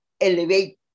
elevate